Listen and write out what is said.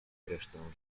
resztę